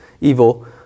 evil